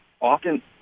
Often